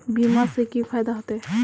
बीमा से की फायदा होते?